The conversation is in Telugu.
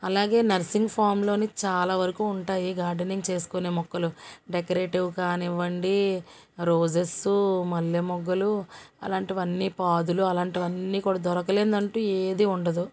అలాగే నర్సింగ్ ఫామ్లో చాలా వరకు ఉంటాయి గార్డెనింగ్ చేసుకునే మొక్కలు డెకరేటివ్ కానీవ్వండి రోసెస్సు మల్లె మొగ్గలు అలాంటివి అన్నీ పాదులు అలాంటివి అన్నీ కూడా దొరకాలేనిది అంటు ఏది ఉండదు